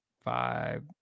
five